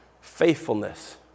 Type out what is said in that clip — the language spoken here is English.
Faithfulness